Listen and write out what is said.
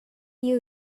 you